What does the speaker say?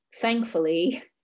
thankfully